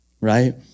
right